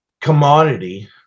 commodity